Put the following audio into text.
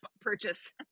purchase